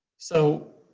so,